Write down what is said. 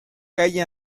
calle